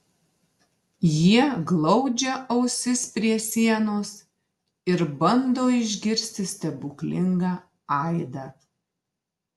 jie glaudžia ausis prie sienos ir bando išgirsti stebuklingą aidą